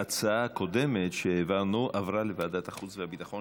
ההצעה הקודמת שהעברנו עברה לוועדת החוץ והביטחון,